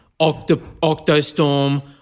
octostorm